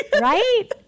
Right